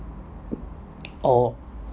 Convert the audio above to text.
oh